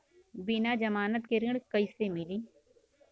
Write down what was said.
बिना जमानत के ऋण कईसे मिली?